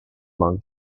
long